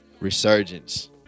resurgence